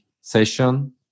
session